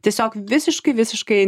tiesiog visiškai visiškai